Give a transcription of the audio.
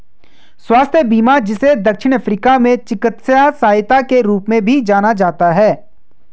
स्वास्थ्य बीमा जिसे दक्षिण अफ्रीका में चिकित्सा सहायता के रूप में भी जाना जाता है